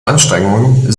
anstrengungen